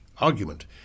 argument